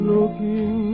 Looking